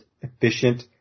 efficient